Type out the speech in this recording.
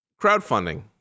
Crowdfunding